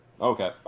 okay